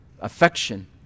affection